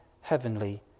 heavenly